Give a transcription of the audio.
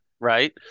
Right